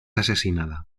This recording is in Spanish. asesinada